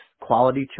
quality